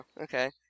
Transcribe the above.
okay